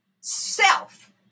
self